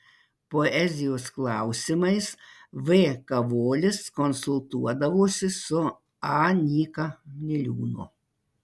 poezijos klausimais v kavolis konsultuodavosi su a nyka niliūnu